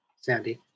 Sandy